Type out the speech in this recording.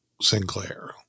Sinclair